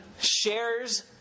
shares